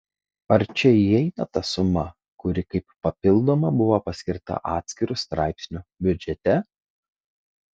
ar čia įeina ta suma kuri kaip papildoma buvo paskirta atskiru straipsniu biudžete